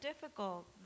difficult